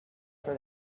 for